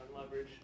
leverage